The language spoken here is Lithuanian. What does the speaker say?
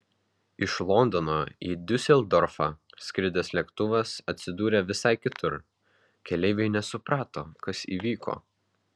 iš londono į diuseldorfą skridęs lėktuvas atsidūrė visai kitur keleiviai nesuprato kas įvyko